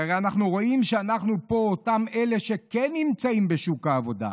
כי הרי אנחנו רואים פה שאותם אלה שכן נמצאים בשוק העבודה,